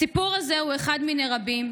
הסיפור הזה הוא אחד מיני רבים,